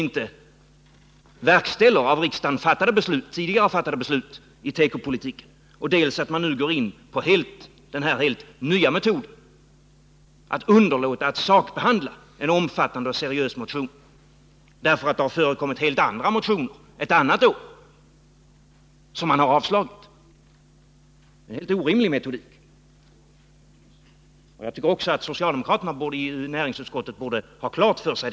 Dels verkställer inte regeringen av riksdagen tidigare fattade beslut i vad gäller tekopolitiken, dels tillämpar man den helt nya metoden att underlåta att sakbehandla en omfattande och seriös motion. Skälet till det senare förfarandet är alltså att man har avstyrkt helt andra motioner under tidigare år. Det är en orimlig metodik. Jag tycker också att socialdemokraterna i näringsutskottet skall ha detta klart för sig.